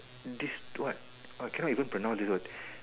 this what !wah! cannot even pronounce this word